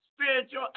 spiritual